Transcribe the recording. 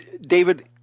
David